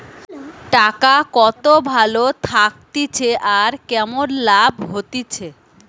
টাকা কত ভালো থাকতিছে আর কেমন লাভ হতিছে